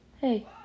Hey